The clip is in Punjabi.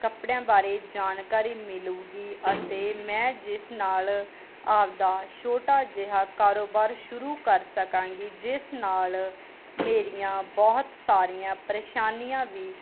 ਕੱਪੜਿਆਂ ਬਾਰੇ ਜਾਣਕਾਰੀ ਮਿਲੇਗੀ ਅਤੇ ਮੈਂ ਜਿਸ ਨਾਲ ਆਪਦਾ ਛੋਟਾ ਜਿਹਾ ਕਾਰੋਬਾਰ ਸ਼ੁਰੂ ਕਰ ਸਕਾਂਗੀ ਜਿਸ ਨਾਲ ਮੇਰੀਆਂ ਬਹੁਤ ਸਾਰੀਆਂ ਪਰੇਸ਼ਾਨੀਆਂ ਵੀ